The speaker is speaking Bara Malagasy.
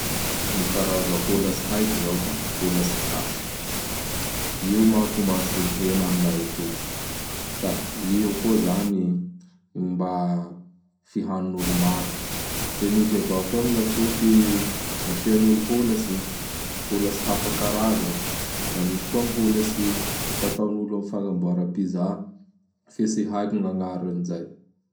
Gny karazan'ny holatsy haiko za da holatsy gasy. Io manko mahasolo hena amiany atoy. Da io koa zany gn mba fihanin'olo maro. Fe misy avao koa gn'ny lasopy asian'olo holatsy, holats hafa karaza. Da misy koa gn holatsy fataon'olo am fagnamboara Pizza fe tsy haiko gn'agnaran'izay.